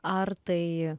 ar tai